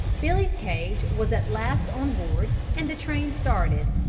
billy's cage was at last on board and the train started.